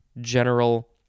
General